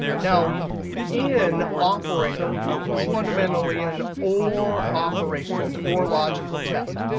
now in operator is fundamentally an or operation, an or logical test.